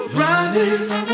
running